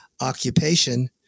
occupation